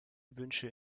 wünsche